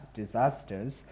disasters